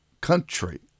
country